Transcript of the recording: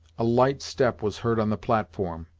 a light step was heard on the platform,